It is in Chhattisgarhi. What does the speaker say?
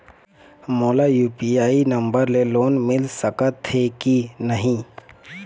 मोला यू.पी.आई नंबर ले लोन मिल सकथे कि नहीं?